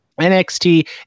NXT